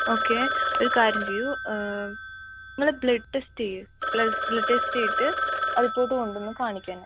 okay ഒരു കാര്യം ചെയ്യൂ നിങ്ങൾ ബ്ലഡ് ടെസ്റ്റ് ചെയ് ബ്ലഡ് ടെസ്റ്റ് ചെയ്തിട്ട് ആ റിപ്പോർട്ട് കൊണ്ട് വന്ന് കാണിക്ക് എന്നെ